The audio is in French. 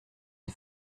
une